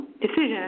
Decision